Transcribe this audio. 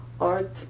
art